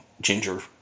ginger